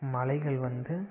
மலைகள் வந்து